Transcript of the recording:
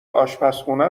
آشپرخونه